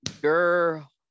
Girl